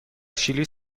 شیلی